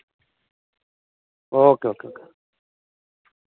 okay